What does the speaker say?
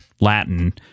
Latin